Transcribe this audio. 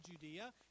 Judea